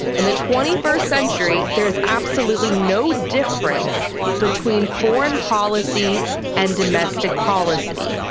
and the twenty first century, there's absolutely no difference between foreign policy and domestic policy.